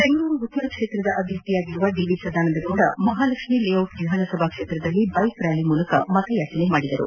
ಬೆಂಗಳೂರು ಉತ್ತರ ಕ್ಷೇತ್ರದ ಅಭ್ಯರ್ಥಿಯಾಗಿರುವ D V Sadanandagowda Mahalakshmi layout ವಿಧಾನಸಭಾ ಕ್ಷೇತ್ರದಲ್ಲಿ ನಡೆದ ಬೈಕ್ ರ್ಖಾಲಿಯಲ್ಲಿ ಪಾಲ್ಗೊಂಡು ಮತಯಾಚಿಸಿದರು